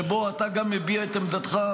שבו אתה גם מביע את עמדתך,